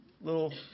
little